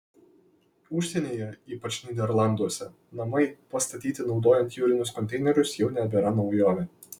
užsienyje ypač nyderlanduose namai pastatyti naudojant jūrinius konteinerius jau nebėra naujovė